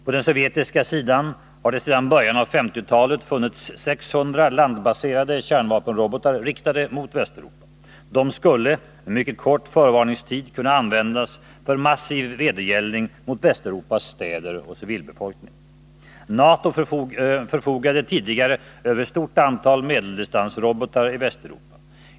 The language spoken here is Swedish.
På den sovjetiska sidan har det sedan början på 1950-talet funnits ca 600 landbaserade kärnvapenrobotar, riktade mot Västeuropa. De skulle — med mycket kort förvarningstid — kunna användas för massiv vedergällning mot Västeuropas städer och civilbefolkning. NATO förfogade tidigare över ett stort antal medeldistansrobotar i Västeuropa.